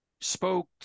spoke